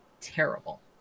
terrible